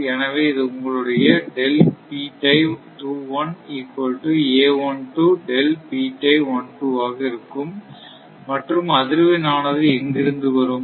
எனவே இது உங்களுடையஆக இருக்கும் மற்றும் அதிர்வெண் ஆனது எங்கிருந்து வரும்